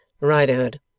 Riderhood